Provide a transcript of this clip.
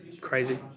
crazy